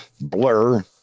Blur